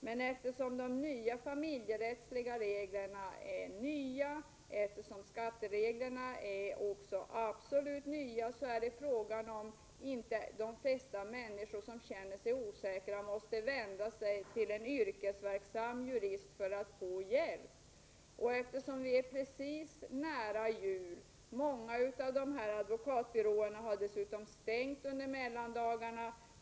Men eftersom de familjerättsliga reglerna och även skattereglerna i fråga är absolut nya, måste de flesta människor som känner sig osäkra vända sig till en yrkesverksam jurist för att få hjälp. Vi är nu mycket nära jul. Många av advokatbyråerna har stängt under mellandagarna.